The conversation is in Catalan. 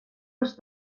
els